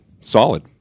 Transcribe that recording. solid